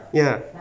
ya